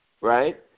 right